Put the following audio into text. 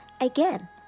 again